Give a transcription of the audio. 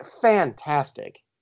Fantastic